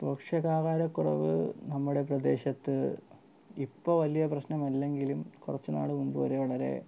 പോഷകാഹാരക്കുറവ് നമ്മുടെ പ്രദേശത്ത് ഇപ്പോൾ വലിയ പ്രശ്നമല്ലെങ്കിലും കുറച്ചുനാൾ മുമ്പ് വരെ വളരെ